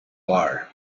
bar